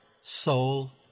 soul